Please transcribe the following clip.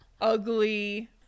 ugly